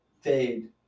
Fade